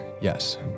yes